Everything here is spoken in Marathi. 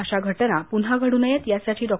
अशा घटना पुन्हा घडू नये यासाठी डॉ